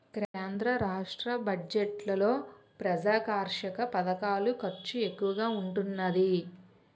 కేంద్ర రాష్ట్ర బడ్జెట్లలో ప్రజాకర్షక పధకాల ఖర్చు ఎక్కువగా ఉంటున్నాది